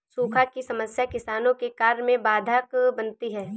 सूखा की समस्या किसानों के कार्य में बाधक बनती है